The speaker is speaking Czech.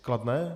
Kladné?